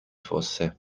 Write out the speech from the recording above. fosse